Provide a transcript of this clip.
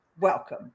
Welcome